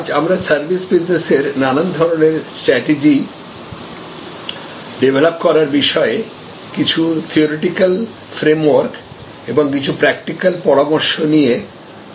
আজ আমরা সার্ভিস বিজনেসের নানান ধরনের স্ট্রাটেজি ডেভেলপ করার বিষয়ে কিছু থিওরিটিক্যাল ফ্রেমওয়ার্ক এবং কিছু প্রাক্টিক্যাল পরামর্শ নিয়ে আলোচনা করব